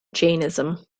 jainism